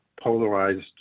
polarized